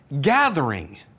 gathering